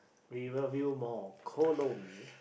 Riverview-Mall Kolo-Mee